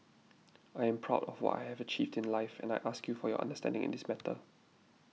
I am proud of what I have achieved in life and I ask you for your understanding in this matter